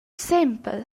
sempel